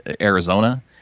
Arizona